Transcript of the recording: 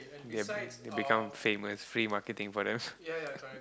if you become famous free marketing for them